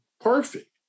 Perfect